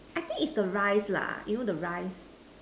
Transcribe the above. I think it is the rice lah you know the rice